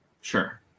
Sure